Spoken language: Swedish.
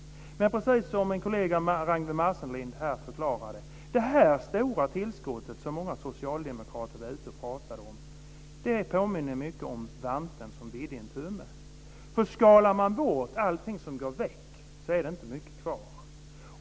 Precis som min kollega Ragnwi Marcelind här förklarade, påminner det stora tillskott som många socialdemokrater var ute och pratade om, mycket om vanten som bidde en tumme. Skalar man bort allt som går väck, är det inte mycket kvar.